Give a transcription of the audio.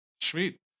Sweet